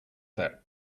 that